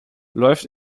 läuft